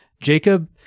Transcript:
Jacob